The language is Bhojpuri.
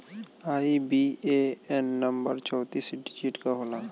आई.बी.ए.एन नंबर चौतीस डिजिट क होला